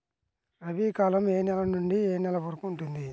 రబీ కాలం ఏ నెల నుండి ఏ నెల వరకు ఉంటుంది?